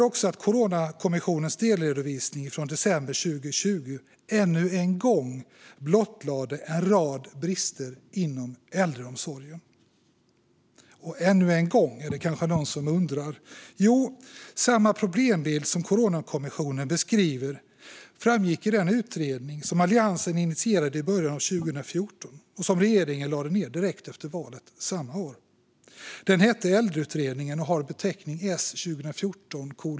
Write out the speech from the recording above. Coronakommissionens delredovisning från den 15 december 2020 blottlade ännu en gång en rad brister inom äldreomsorgen. Ännu en gång, är det kanske någon som undrar. Jo, samma problembild som Coronakommissionen beskriver framgick i den utredning som Alliansen initierade i början av 2014 och som regeringen lade ned direkt efter valet samma år. Den hette Äldreutredningen .